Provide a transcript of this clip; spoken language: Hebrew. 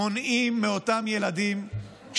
מונעים מאותם ילדים את